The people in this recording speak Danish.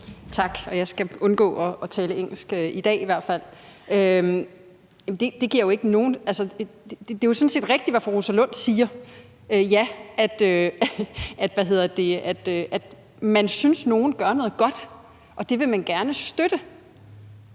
Tak. Jeg skal undgå at tale engelsk, i hvert fald i dag. Det er jo sådan set rigtigt, hvad fru Rosa Lund siger, altså at når man synes, at nogle gør noget godt, så vil man gerne støtte